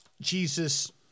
Jesus